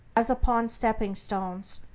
as upon stepping-stones,